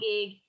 gig